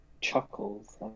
chuckles